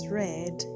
red